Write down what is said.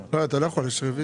יש רוויזיה.